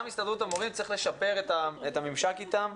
גם הסתדרות המורים, צריך לשפר את הממשק איתם.